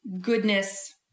goodness